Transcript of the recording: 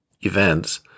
events